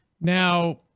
Now